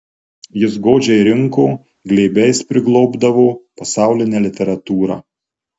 jis godžiai rinko glėbiais priglobdavo pasaulinę literatūrą